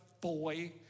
boy